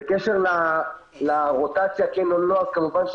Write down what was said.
בקשר לרוטציה כן או לא כמובן,